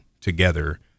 together